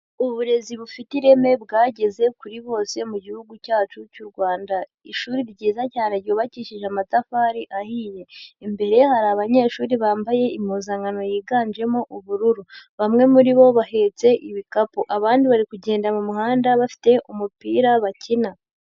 Uburezi bufite ireme bwageze kuri bose mu gihugu cyacu cy'u Rwanda, ishuri ryiza cyane ryubakishije amatafari ahiye, imbere hari abanyeshuri bambaye impuzankano yiganjemo ubururu bamwe muri bo bahetse ibikapu, abandi bari kugenda mu muhanda bafite umupira bakina.